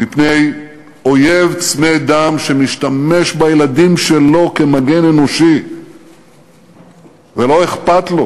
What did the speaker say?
מפני אויב צמא דם שמשתמש בילדים שלו כמגן אנושי ולא אכפת לו